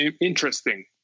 interesting